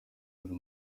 buri